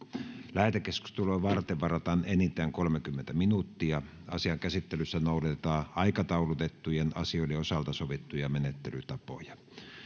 lähetekeskustelua varten varataan enintään kolmekymmentä minuuttia asian käsittelyssä noudatetaan aikataulutettujen asioiden osalta sovittuja menettelytapoja